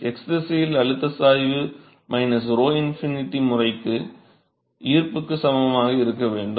x திசையில் அழுத்த சாய்வு 𝞺∞ முறை ஈர்ப்புக்கு சமமாக இருக்க வேண்டும்